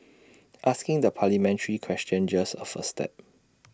asking the parliamentary question just A first step